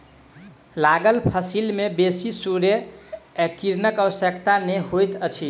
लागल फसिल में बेसी सूर्य किरणक आवश्यकता नै होइत अछि